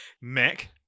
Mac